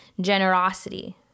generosity